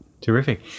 Terrific